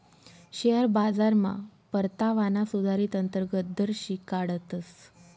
share बाजारमा परतावाना सुधारीत अंतर्गत दर शिकाडतस